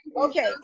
Okay